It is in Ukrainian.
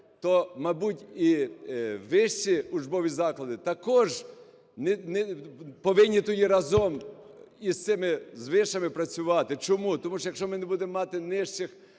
то, мабуть, і вищі учбові заклади також повинні тоді разом із цими, з вишами працювати. Чому? Тому що, якщо ми не будемо мати нижчих